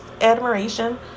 admiration